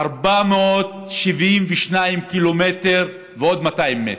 כביש 90, 472 קילומטר ועוד 200 מטר.